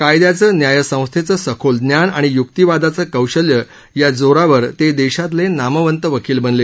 कायद्याचं न्यायसंस्थेचं सखोल ज्ञान आणि युक्तीवादाचं कौशल्य या जोरावर ते देशातले नामवंत वकील बनले